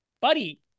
Buddy